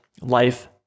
life